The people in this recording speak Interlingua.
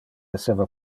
esseva